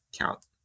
count